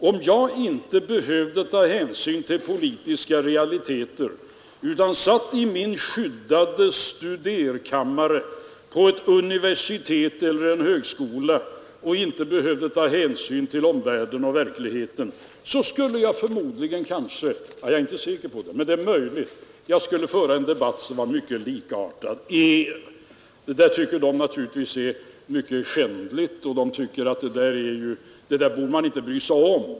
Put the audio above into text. Om jag satt i min skyddade studerkammare på ett universitet eller en högskola och inte behövde ta hänsyn till omvärlden eller till politiska realiteter, skulle jag förmodligen — jag är inte säker på det men det är möjligt — föra en debatt som var mycket likartad den ni för. De tycker naturligtvis att detta är mycket skändligt och politiken behöver man egentligen inte bry sig om.